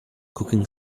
cooking